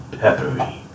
peppery